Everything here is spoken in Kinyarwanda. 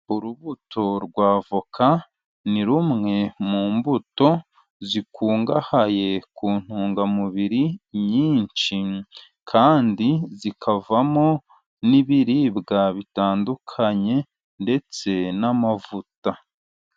Urubuto rwa avoka ni rumwe mu mbuto zikungahaye ku ntungamubiri nyinshi, kandi zikavamo n'ibiribwa bitandukanye ndetse n'amavuta.